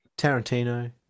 Tarantino